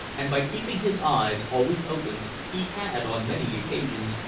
and by keeping his eyes always open he had, on many occasions,